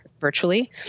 virtually